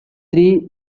three